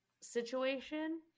situation